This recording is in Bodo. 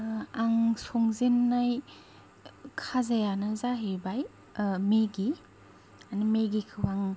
आं संजेननाय खाजायानो जाहैबाय मेगि माने मेगिखौ आं